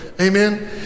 Amen